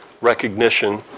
recognition